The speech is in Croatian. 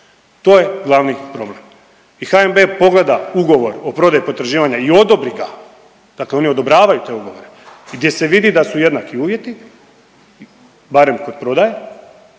To je glavni problem. I HNB pogleda ugovor o prodaji potraživanja i odobri ga, dakle oni odobravaju te ugovore gdje se vidi da su jednaki uvjeti barem kod prodaje